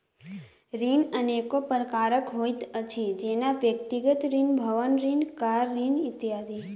ऋण अनेको प्रकारक होइत अछि, जेना व्यक्तिगत ऋण, भवन ऋण, कार ऋण इत्यादि